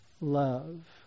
love